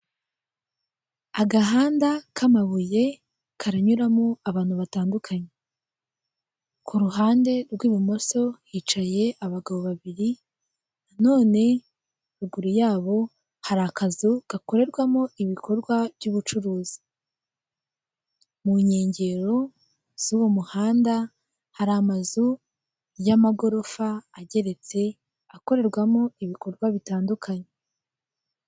Agahanda k'amabuye karanyuramo abantu batandukanye, ku ruhande rw'ibumoso hicaye abagabo babiri na none ruguru yabo hari akazu gakorerwamo ibikorwa by'uburuzi mu nkengero z'uwo muhanda hari amazu y'amagorofa ageretse akorerwamo ibikorwa bitandukanye.